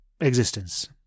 existence